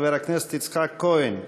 חבר הכנסת יצחק כהן,